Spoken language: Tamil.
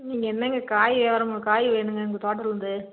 நீங்கள் என்னங்க காய் வியாபாரமா காய் வேணும்ங்க உங்கள் தோட்டத்தில் இருந்து